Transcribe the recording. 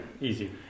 Easy